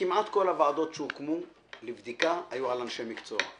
כמעט כל הוועדות שהוקמו לבדיקה היו על אנשי מקצוע,